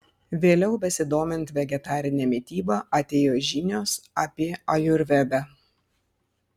vėliau besidomint vegetarine mityba atėjo žinios apie ajurvedą